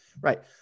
Right